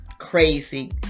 crazy